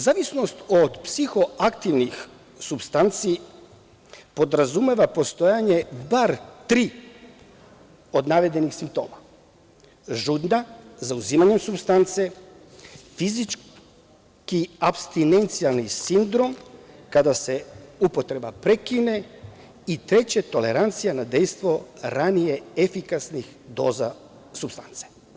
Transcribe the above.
Zavisnost od psihoaktivnih supstanci podrazumeva postojanje bar tri od navedenih simptoma – žudnja za uzimanjem supstance, fizički apstinencijalni sindrom kada se upotreba prekine i, treće, tolerancija na dejstvo ranije efikasnih doza supstance.